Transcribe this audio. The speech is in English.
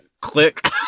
Click